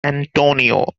antonio